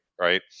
right